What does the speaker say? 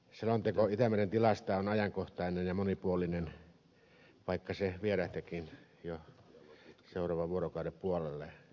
selonteko itämeren tilasta on ajankohtainen ja monipuolinen vaikka se vierähtikin jo seuraavan vuorokauden puolelle